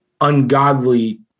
ungodly